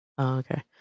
okay